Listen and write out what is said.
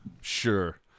sure